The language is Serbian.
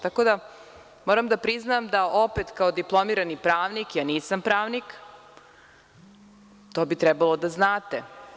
Tako da, moram da priznam da opet kao diplomirani pravnik, ja nisam pravnik, to bi trebalo da znate.